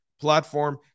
platform